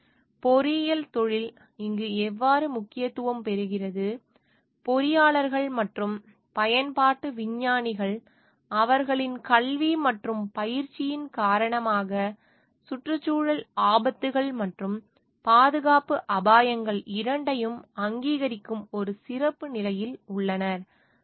எனவே பொறியியல் தொழில் இங்கு எவ்வாறு முக்கியத்துவம் பெறுகிறது பொறியாளர்கள் மற்றும் பயன்பாட்டு விஞ்ஞானிகள் அவர்களின் கல்வி மற்றும் பயிற்சியின் காரணமாக சுற்றுச்சூழல் ஆபத்துகள் மற்றும் பாதுகாப்பு அபாயங்கள் இரண்டையும் அங்கீகரிக்கும் ஒரு சிறப்பு நிலையில் உள்ளனர்